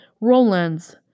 Roland's